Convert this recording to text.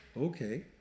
okay